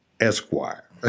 Esquire